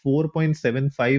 4.75